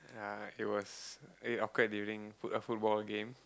uh it was it occurred during foot~ a football game